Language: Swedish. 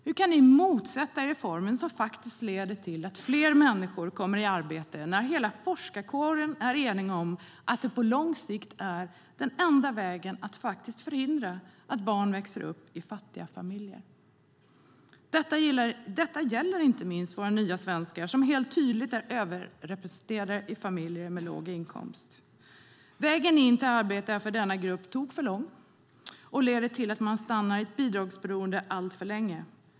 Hur kan ni motsätta er reformer som faktiskt leder till att fler människor kommer i arbete när hela forskarkåren är enig om att det på lång sikt är den enda vägen att förhindra att barn växer upp i fattiga familjer? Det gäller inte minst våra nya svenskar som alldeles tydligt är överrepresenterade bland familjer med låg inkomst. För denna grupp är vägen till arbete på tok för lång. Det leder till att man stannar i ett bidragsberoende alltför länge.